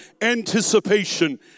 anticipation